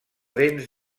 dents